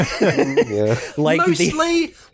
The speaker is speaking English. Mostly